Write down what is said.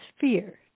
fear